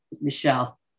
Michelle